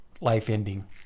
life-ending